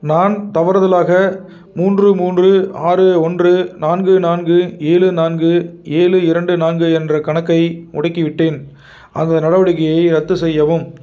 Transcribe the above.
நான் தவறுதலாக மூன்று மூன்று ஆறு ஒன்று நான்கு நான்கு ஏழு நான்கு ஏழு இரண்டு நான்கு என்ற கணக்கை முடக்கிவிட்டேன் அந்த நடவடிக்கையை ரத்து செய்யவும்